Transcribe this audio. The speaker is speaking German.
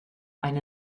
eine